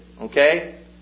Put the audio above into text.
Okay